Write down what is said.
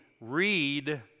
read